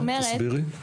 תסבירי.